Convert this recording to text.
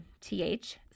TH